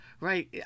Right